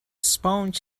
sponge